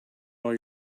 all